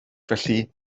felly